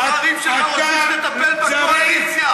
הבוחרים שלך רוצים שתטפל בקואליציה.